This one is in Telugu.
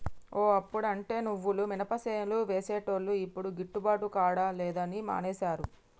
ఓ అప్పుడంటే నువ్వులు మినపసేలు వేసేటోళ్లు యిప్పుడు గిట్టుబాటు కాడం లేదని మానేశారు